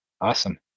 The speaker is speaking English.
Awesome